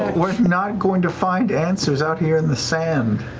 we're not going to find answers out here in the sand.